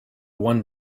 one